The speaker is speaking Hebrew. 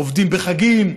עובדים בחגים.